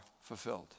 fulfilled